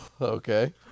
Okay